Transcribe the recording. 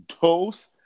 Dos